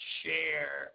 share